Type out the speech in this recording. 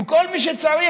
עם כל מי שצריך,